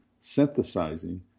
synthesizing